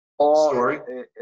story